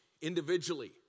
individually